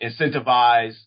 incentivize